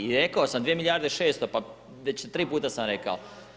I rekao sam, 2 milijarde 600, pa već 3 puta sam rekao.